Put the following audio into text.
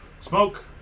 Smoke